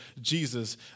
Jesus